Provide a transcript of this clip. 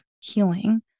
healing